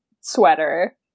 sweater